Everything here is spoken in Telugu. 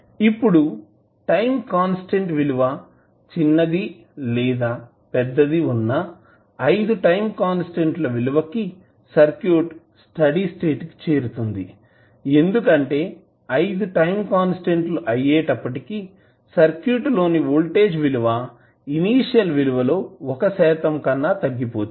ఇప్పుడు టైం కాన్స్టాంట్ విలువ చిన్నది లేదా పెద్దది వున్నా 5 టైం కాన్స్టాంట్ ల విలువ కి సర్క్యూట్ స్టడీ స్టేట్ కి చేరుతుంది ఎందుకంటే 5 టైం కాన్స్టాంట్ లు అయ్యేటప్పటికి సర్క్యూట్ లోని వోల్టేజ్ విలువ ఇనీషియల్ విలువ లో 1 శాతం కన్నా తగ్గిపోతుంది